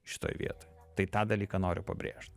šitoj vietoj tai tą dalyką noriu pabrėžt